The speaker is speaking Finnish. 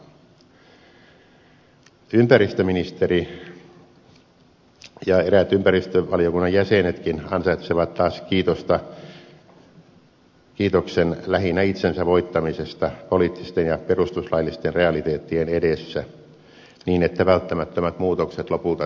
ympäristöministeri ja eräät ympäristövaliokunnan jäsenetkin ansaitsevat taas kiitoksen lähinnä itsensä voittamisesta poliittisten ja perustuslaillisten realiteettien edessä niin että välttämättömät muutokset lopulta saatiin aikaan